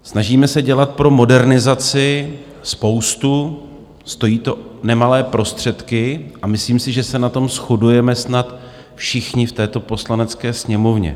Snažíme se dělat pro modernizaci spoustu, stojí to nemalé prostředky, a myslím, že se na tom shodujeme snad všichni v této Poslanecké sněmovně.